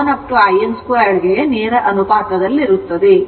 ಆದ್ದರಿಂದ ನಾನು ಅದನ್ನು ಸ್ಪಷ್ಟಗೊಳಿಸುತ್ತೇನೆ